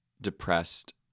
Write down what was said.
depressed